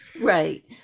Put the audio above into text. Right